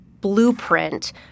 blueprint